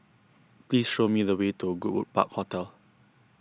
please show me the way to Goodwood Park Hotel